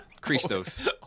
Christos